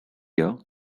year